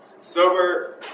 sober